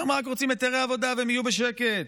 הם רק רוצים היתרי עבודה, והם יהיו בשקט.